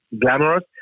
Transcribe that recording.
glamorous